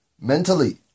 mentally